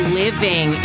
living